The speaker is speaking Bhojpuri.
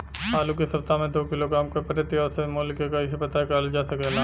आलू के सप्ताह में दो किलोग्राम क प्रति औसत मूल्य क कैसे पता करल जा सकेला?